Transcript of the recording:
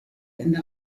ende